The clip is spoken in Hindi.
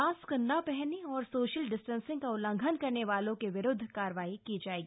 मास्क न पहनने और सोशल डिस्टेंसिंग का उल्लंघन करने वालो के विरुदध कार्रवाई की जाएगी